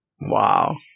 Wow